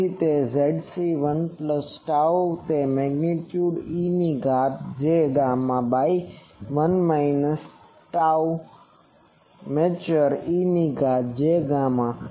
તેથી તે Zc 1 plus tau તે મેગ્નીટ્યુડ e ની ઘાત j gamma by 1 minus tau mature e ની ઘાત j gamma